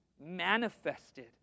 manifested